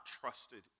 trusted